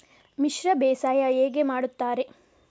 ಮಿಶ್ರ ಬೇಸಾಯ ಹೇಗೆ ಮಾಡುತ್ತಾರೆ?